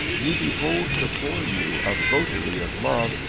you behold before you a votary of love,